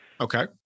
Okay